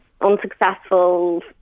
unsuccessful